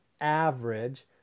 average